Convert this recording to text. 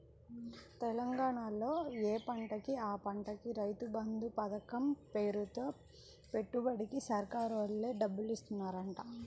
తెలంగాణాలో యే పంటకి ఆ పంటకి రైతు బంధు పతకం పేరుతో పెట్టుబడికి సర్కారోల్లే డబ్బులిత్తన్నారంట